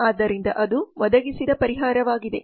ಆದ್ದರಿಂದ ಅದು ಒದಗಿಸಿದ ಪರಿಹಾರವಾಗಿದೆ